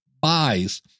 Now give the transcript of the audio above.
buys